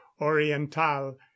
oriental